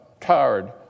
tired